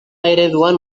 ereduan